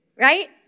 Right